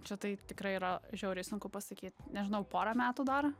čia tai tikrai yra žiauriai sunku pasakyt nežinau porą metų dar